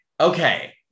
Okay